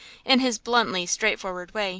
in his bluntly straightforward way.